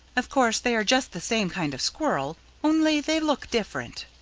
of course they are just the same kind of squirrel, only they look different.